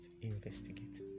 investigate